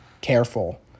careful